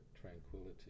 tranquility